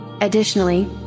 Additionally